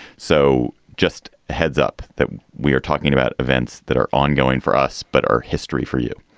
so just heads up that we are talking about events that are ongoing for us, but are history for you.